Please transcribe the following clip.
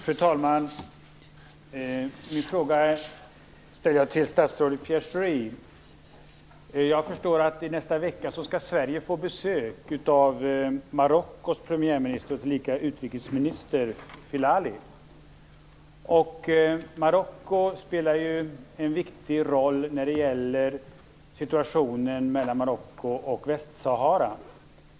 Fru talman! Jag har en fråga till statsrådet Pierre Schori. Såvitt jag förstår skall Sverige nästa vecka få besök av Marockos premiärminister och tillika utrikesminister Filali. Marocko spelar en viktig roll när det gäller förhållandet mellan Marocko och Västsahara.